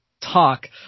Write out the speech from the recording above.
Talk